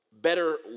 Better